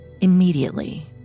immediately